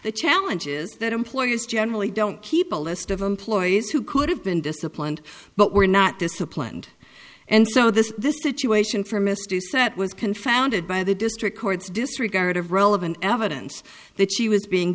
the challenges that employers generally don't keep a list of employees who could have been disciplined but were not disciplined and so this this situation for misuse that was confounded by the district courts disregard of relevant evidence that she was being